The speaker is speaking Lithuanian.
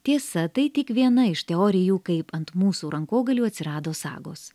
tiesa tai tik viena iš teorijų kaip ant mūsų rankogalių atsirado sagos